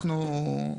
אנחנו,